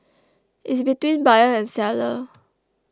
is between buyer and seller